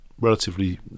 relatively